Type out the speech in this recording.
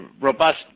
robust